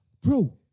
Bro